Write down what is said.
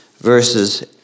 verses